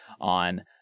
on